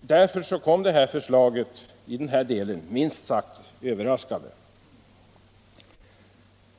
Därför kom förslaget i denna del minst sagt överraskande.